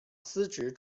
司职